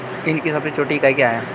Inch की सबसे छोटी इकाई क्या है?